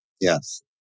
yes